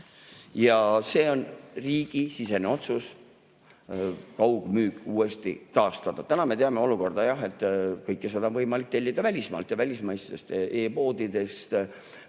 Ja see on riigisisene otsus kaugmüük uuesti taastada. Praegu me teame, et kõike seda on võimalik tellida välismaalt ja välismaistest e-poodidest.